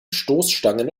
stoßstangen